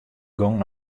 gong